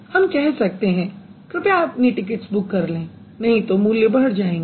हम कह सकते हैं कृपया अपनी टिकिट्स बुक कर लें नहीं तो मूल्य बढ़ जाएँगे